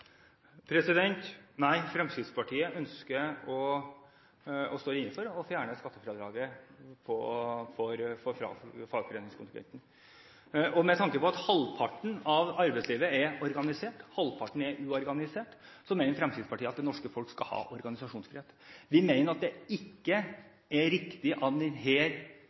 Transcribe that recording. Nei, Fremskrittspartiet ønsker, og står inne for, å fjerne skattefradraget for fagforeningskontingenten. Med tanke på at halvparten av arbeidslivet er organisert og halvparten uorganisert, mener Fremskrittspartiet at det norske folk skal ha organisasjonsfrihet. Vi mener det ikke er riktig av